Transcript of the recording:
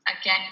again